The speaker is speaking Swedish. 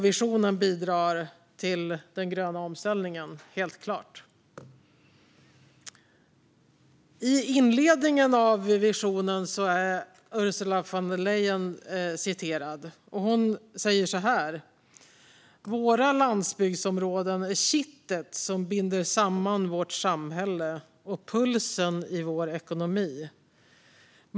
Visionen bidrar helt klart till den gröna omställningen. I visionens inledning citeras Ursula von der Leyen, och hon säger så här: "Våra landsbygdsområden är kittet som binder samman vårt samhälle och pulsen i vår ekonomi.